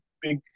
big